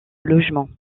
logement